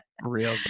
real